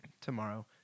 Tomorrow